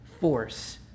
force